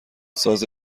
ساز